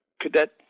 cadet